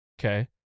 Okay